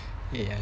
ya